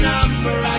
Number